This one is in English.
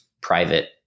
private